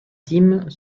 dîmes